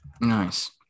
Nice